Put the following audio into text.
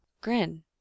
Grin